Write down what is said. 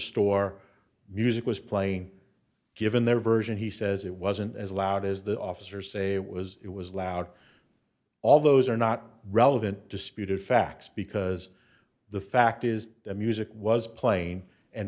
store music was playing given their version he says it wasn't as loud as the officers say it was it was loud all those are not relevant disputed facts because the fact is the music was playing and